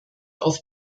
auf